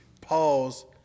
pause